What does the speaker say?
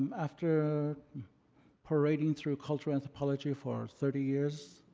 um after parading through cultural anthropology for thirty years.